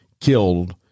killed